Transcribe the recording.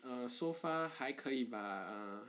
err so far 还可以 bah err